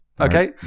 Okay